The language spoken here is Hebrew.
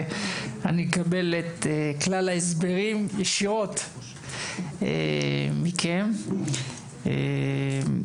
אני אקבל את כלל ההסברים ישירות מכם ואני